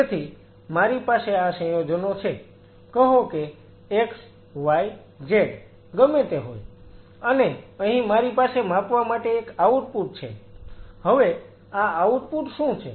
તેથી મારી પાસે આ સંયોજનો છે કહો કે x y z ગમે તે હોય અને અહી મારી પાસે માપવા માટે એક આઉટપુટ છે હવે આ આઉટપુટ શું છે